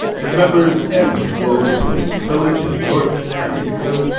and its members ebbed and flowed between the east village in new york and ithaca.